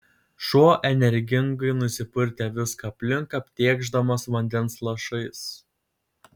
šuo energingai nusipurtė viską aplink aptėkšdamas vandens lašais